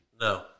No